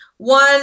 One